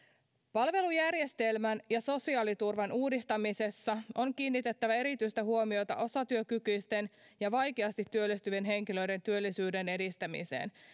palvelujärjestelmän ja sosiaaliturvan uudistamisessa on kiinnitettävä erityistä huomiota osatyökykyisten ja vaikeasti työllistyvien henkilöiden työllisyyden edistämiseen